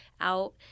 out